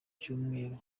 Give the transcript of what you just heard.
cyumweru